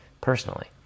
personally